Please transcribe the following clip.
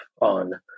on